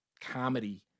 comedy